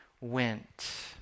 went